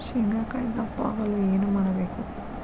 ಶೇಂಗಾಕಾಯಿ ದಪ್ಪ ಆಗಲು ಏನು ಮಾಡಬೇಕು?